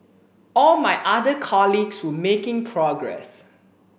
all my other colleagues were making progress